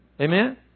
Amen